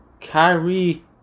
Kyrie